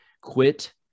quit